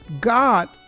god